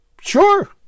sure